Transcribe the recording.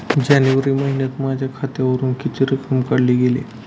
जानेवारी महिन्यात माझ्या खात्यावरुन किती रक्कम काढली गेली?